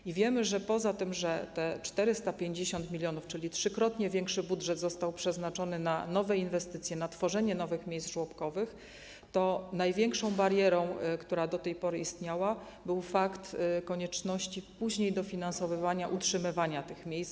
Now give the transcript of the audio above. I wiemy, że poza tym, że 450 mln, czyli trzykrotnie większy budżet został przeznaczony na nowe inwestycje, na tworzenie nowych miejsc żłobkowych, to największą barierą, która do tej pory istniała, był fakt konieczności późniejszego dofinansowywania, utrzymywania tych miejsc.